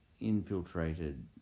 infiltrated